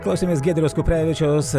klausėmės giedriaus kuprevičiaus